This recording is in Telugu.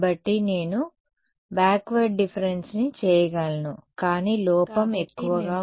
కాబట్టి నేను బాక్వర్డ్ డిఫరెన్స్ చేయగలను కానీ లోపం ఎక్కువగా ఉంది